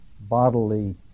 bodily